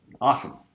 Awesome